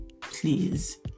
please